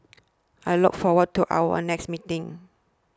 I look forward to our next meeting